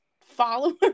followers